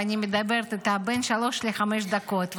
ואני מדברת איתה בין שלוש לחמש דקות,